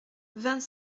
vingt